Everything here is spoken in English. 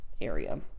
area